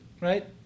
right